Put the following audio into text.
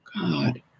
God